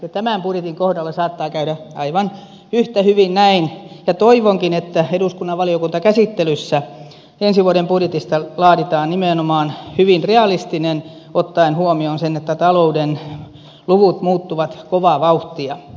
ja tämän budjetin kohdalla saattaa käydä aivan yhtä hyvin näin ja toivonkin että eduskunnan valiokuntakäsittelyssä ensi vuoden budjetista laaditaan nimenomaan hyvin realistinen ottaen huomioon se että talouden luvut muuttuvat kovaa vauhtia